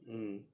mm